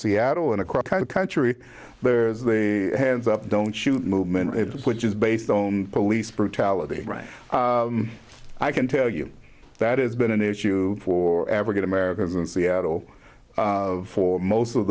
seattle and across the country there's the hands up don't shoot movement which is based on police brutality right i can tell you that has been an issue for african americans in seattle for most